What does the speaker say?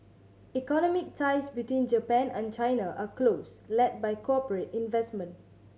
economic ties between Japan and China are close led by corporate investment